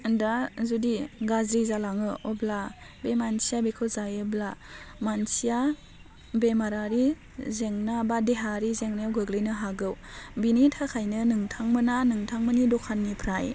दा जुदि गाज्रि जालाङो अब्ला बे मानसिया बेखौ जायोब्ला मानसिया बेमारारि जेंना बा देहायारि जेंनायाव गोग्लैनो हागौ बेनि थाखायनो नोंथांमोनहा नोंथांमोननि दखाननिफ्राय